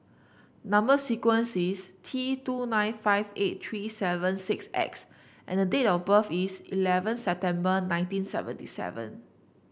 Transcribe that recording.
number sequence is T two nine five eight three seven six X and date of birth is eleven September nineteen seventy seven